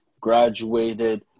Graduated